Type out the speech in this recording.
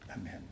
Amen